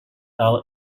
out